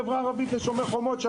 בחברה הערבית לבין ׳שומר החומות׳?